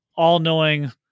all-knowing